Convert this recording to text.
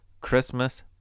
Christmas